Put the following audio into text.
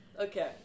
Okay